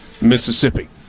Mississippi